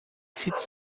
seats